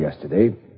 yesterday